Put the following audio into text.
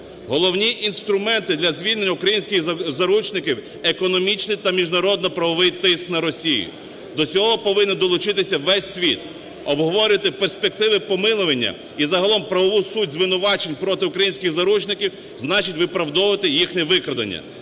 Головні інструменти для звільнення українських заручників – економічний та міжнародно-правовий тиск на Росію, до цього повинен долучитися весь світ. Обговорювати перспективи помилування і загалом правову суть звинувачень проти українських заручників – значить виправдовувати їхнє викрадення.